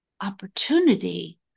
opportunity